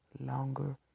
longer